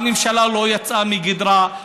הממשלה לא יצאה מגדרה,